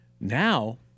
Now